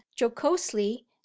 jocosely